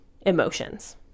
emotions